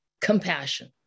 compassion